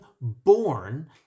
born